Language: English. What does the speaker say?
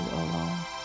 alone